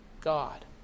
God